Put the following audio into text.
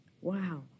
Wow